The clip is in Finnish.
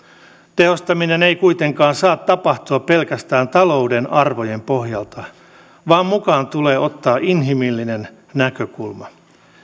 tehostaminen ei kuitenkaan saa tapahtua pelkästään talouden arvojen pohjalta vaan mukaan tulee ottaa inhimillinen näkökulma